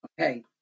Okay